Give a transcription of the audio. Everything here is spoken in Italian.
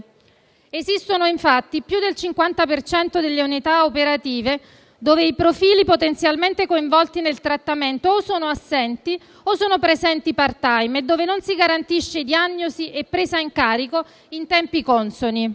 esistono infatti più del 50 per cento delle unità operative dove i profili potenzialmente coinvolti nel trattamento o sono assenti o sono presenti in *part-time* e dove non si garantiscono diagnosi e presa in carico in tempi consoni.